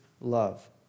love